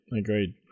agreed